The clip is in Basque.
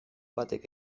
batek